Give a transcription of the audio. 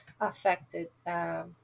affected